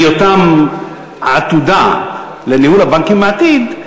בהיותם עתודה לניהול הבנקים בעתיד,